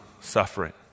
suffering